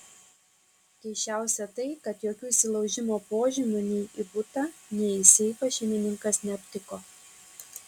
keisčiausia tai kad jokių įsilaužimo požymių nei į butą nei į seifą šeimininkas neaptiko